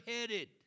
headed